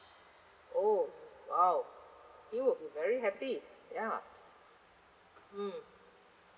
oh !wow! he would be very happy ya mm